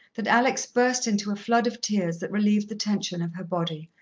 that alex burst into a flood of tears that relieved the tension of her body,